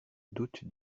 doute